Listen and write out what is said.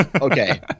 Okay